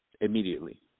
immediately